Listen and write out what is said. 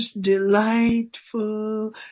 delightful